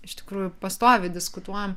iš tikrųjų pastoviai diskutuojam